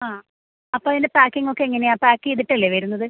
ആ അപ്പോള് അതിൻ്റെ പാക്കിംഗൊക്കെ എങ്ങനെയാ പാക്ക് ചെയ്തിട്ടല്ലേ വരുന്നത്